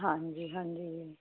ਹਾਂਜੀ ਹਾਂਜੀ